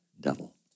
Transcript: devil